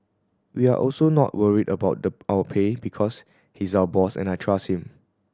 we are also not worried about the our pay because he's our boss and I trust him